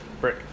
Brick